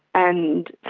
and